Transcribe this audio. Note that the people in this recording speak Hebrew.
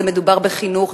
מדובר בחינוך,